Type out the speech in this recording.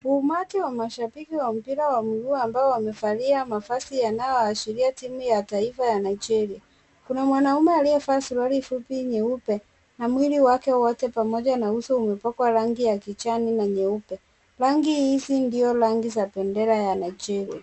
Umati wa mashabiki wa mpira wa miguu ambao wamevalia mavazi yanayoashiria timu ya taifa ya Nigeria. Kuna mwanaume aliyevaa suruali fupi nyeupe na mwili wake wote pamoja na uso umepakwa rangi ya kijani na nyeupe. Rangi hizi ndio rangi za bendera ya Nigeria.